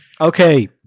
Okay